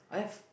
I have